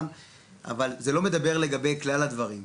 אבל זה לא מדבר על כלל הדברים,